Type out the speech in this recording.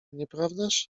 nieprawdaż